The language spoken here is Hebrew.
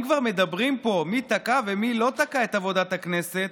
אם כבר מדברים פה מי תקע ומי לא תקע את עבודת הכנסת,